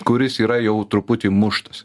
kuris yra jau truputį muštas